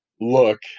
look